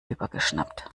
übergeschnappt